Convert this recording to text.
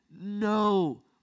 no